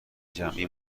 جمعی